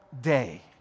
day